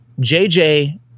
jj